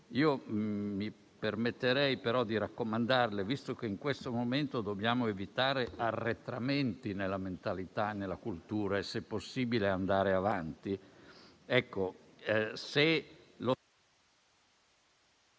Mi permetterei però di raccomandarle, visto che in questo momento dobbiamo evitare arretramenti nella mentalità e nella cultura e, se possibile, andare avanti...